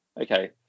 Okay